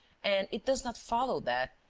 and it does not follow that,